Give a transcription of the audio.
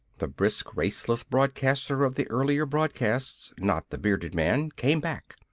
the brisk, raceless broadcaster of the earlier broadcast not the bearded man came back.